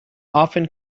often